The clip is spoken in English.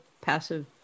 passive